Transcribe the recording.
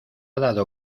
dado